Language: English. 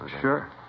Sure